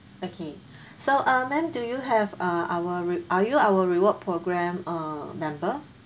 okay so um ma'am do you have uh our are you our reward programme uh member